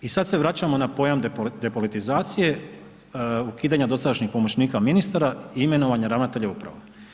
I sad se vraćamo na pojam depolitizacije, ukidanja dosadašnjih pomoćnika ministara, imenovanje ravnatelje uprava.